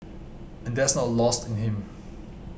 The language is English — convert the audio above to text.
and that's not lost in him